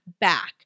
back